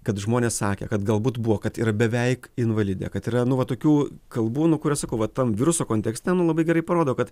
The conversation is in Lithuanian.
kad žmonės sakė kad galbūt buvo kad yra beveik invalidė kad yra nu va tokių kalbų nu kurias sakau va tam viruso kontekste nu labai gerai parodo kad